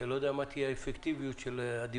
כשאני לא יודע מה תהיה האפקטיביות של הדיווחים,